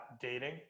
dating